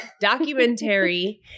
Documentary